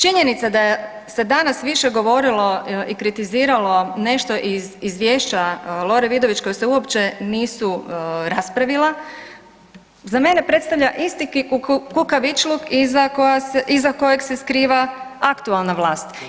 Činjenica da je danas se više govorilo i kritiziralo nešto izvješća Lore Vidović koja se uopće nisu raspravila, za mene predstavlja isti kukavičluk iza kojeg se skriva aktualna vlast.